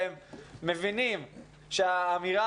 לקח לנו הרבה זמן אבל נראה לי שבסוף אתם מבינים שהאמירה